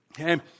Okay